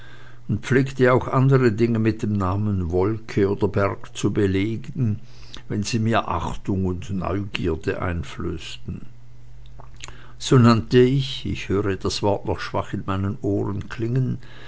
und pflegte auch andere dinge mit dem namen wolke oder berg zu belegen wenn sie mir achtung und neugierde einflößten so nannte ich ich höre das wort noch schwach in meinen ohren klingen